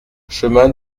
chemin